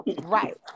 Right